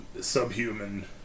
subhuman